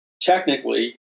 technically